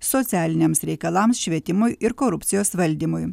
socialiniams reikalams švietimui ir korupcijos valdymui